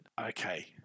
okay